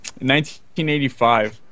1985